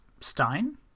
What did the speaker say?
Stein